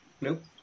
Nope